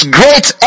great